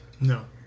No